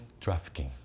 trafficking